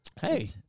Hey